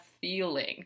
feeling